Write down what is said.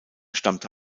stammte